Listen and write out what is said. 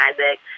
isaac